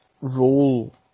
role